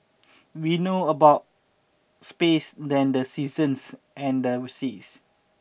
we know about space than the seasons and the seas